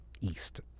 East